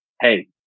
Hey